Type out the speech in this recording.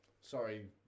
sorry